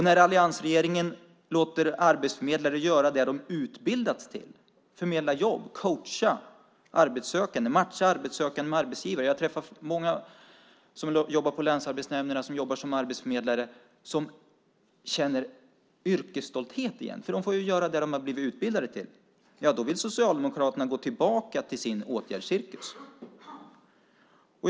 När alliansregeringen låter arbetsförmedlare göra det de utbildats till, förmedla jobb, coacha arbetssökande och matcha arbetssökande med arbetsgivare - jag träffar många som jobbar som arbetsförmedlare på länsarbetsnämnderna som känner yrkesstolthet igen eftersom de får göra det de har blivit utbildade till - vill Socialdemokraterna gå tillbaka till sin åtgärdscirkus.